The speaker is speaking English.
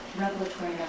revelatory